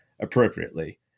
appropriately